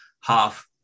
half